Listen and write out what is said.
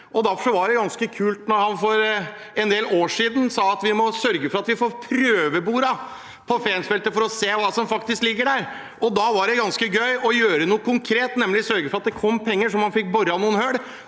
år. Derfor var det ganske kult da han for en del år siden sa at vi må sørge for at vi får prøveboret på Fensfeltet for å se hva som faktisk ligger der. Da var det ganske gøy å gjøre noe konkret, nemlig å sørge for at det kom penger så man fikk boret noen hull,